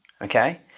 okay